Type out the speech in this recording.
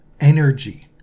energy